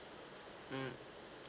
mm